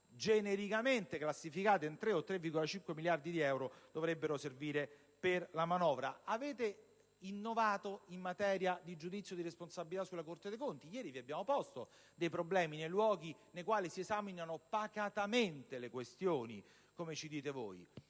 genericamente identificate in circa 3-3,5 miliardi di euro dovrebbero servire per la manovra. Avete innovato in materia di giudizio di responsabilità sulla Corte dei conti. Ieri vi abbiamo posto dei problemi nei luoghi in cui si esaminano pacatamente le questioni - come ci dite voi